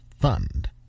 Fund